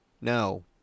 no